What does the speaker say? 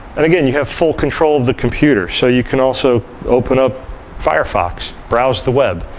and again, you have full control of the computer. so you can also open up firefox, browse the web.